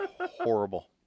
horrible